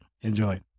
Enjoy